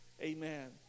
Amen